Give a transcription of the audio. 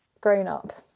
grown-up